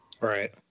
Right